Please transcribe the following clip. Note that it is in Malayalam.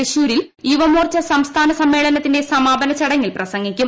തൃശൂരിൽ യുവമോർച്ച സംസ്ഥാന സമ്മേളനത്തിന്റെ സമാപന ചടങ്ങിൽ പ്രസംഗിക്കും